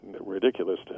ridiculous